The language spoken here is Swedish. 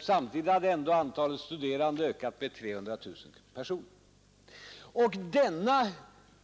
Samtidigt hade ändå antalet studerande ökat med 300 000 personer. Och